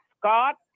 Scott